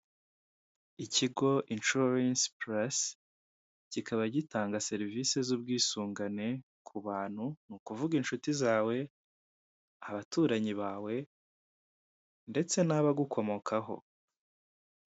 Ikigo inshuwarensi purasi kikaba gitanga serivise z'ubwisungane ku bantu ni ukuvuga inshuti zawe, abaturanyi bawe ndetse n'abagukomokaho.